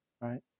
Right